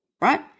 right